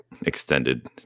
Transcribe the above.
extended